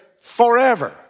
forever